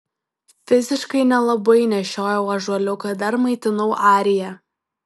fiziškai nelabai nešiojau ąžuoliuką dar maitinau ariją